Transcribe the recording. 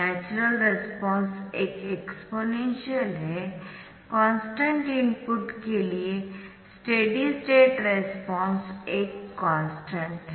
natural response एक exponential हैकॉन्स्टन्ट input के लिए स्टेडी स्टेट रेस्पॉन्स एक कॉन्स्टन्ट है